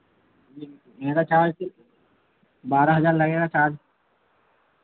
मेरा चार्ज़ फिर बारह हज़ार लगेगा चार्ज़